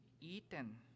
Eaten